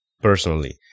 personally